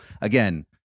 again